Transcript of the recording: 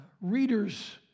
Readers